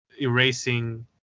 erasing